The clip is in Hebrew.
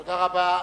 תודה רבה.